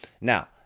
Now